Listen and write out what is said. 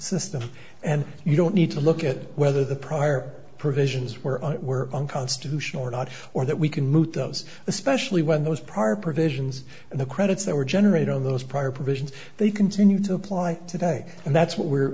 system and you don't need to look at whether the prior provisions were it were unconstitutional or not or that we can move those especially when those prior provisions and the credits that were generated on those prior provisions they continue to apply today and that's what we're